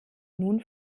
nun